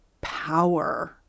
power